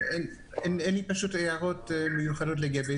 אני מבקש את ה-90 יום לעשות ממועד הביטול ולא ממועד,